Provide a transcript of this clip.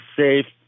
safe